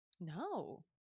no